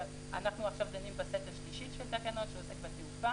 ואנחנו דנים עכשיו בסט השלישי של התקנות שעוסק בתעופה.